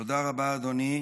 תודה רבה, אדוני.